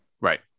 Right